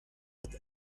had